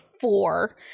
four